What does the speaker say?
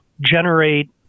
generate